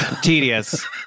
Tedious